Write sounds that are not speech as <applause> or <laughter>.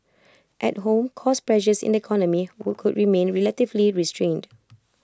at home cost pressures in the economy <unintelligible> could remain relatively restrained